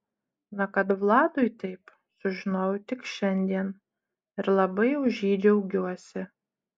na kad vladui taip sužinojau tik šiandien ir labai už jį džiaugiuosi